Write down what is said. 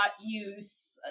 use